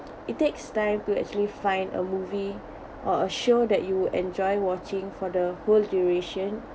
it takes time to actually find a movie or a show that you enjoy watching for the whole duration